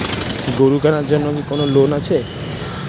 গরু কেনার জন্য কি কোন লোন আছে?